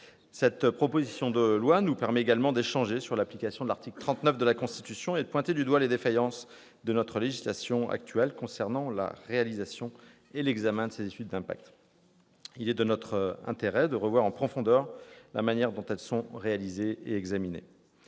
Cette proposition de loi nous permet également d'échanger sur l'application de l'article 39 de la Constitution et de pointer du doigt les défaillances de la législation actuelle concernant la réalisation et l'examen de ces études d'impact. Il est de notre intérêt de revoir en profondeur la manière dont celles-ci sont réalisées et examinées.